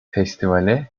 festivale